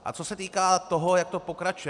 A co se týká toho, jak to pokračuje.